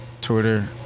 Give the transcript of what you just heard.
Twitter